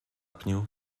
pniu